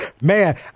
Man